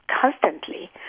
constantly